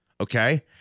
okay